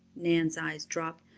nan's eyes dropped.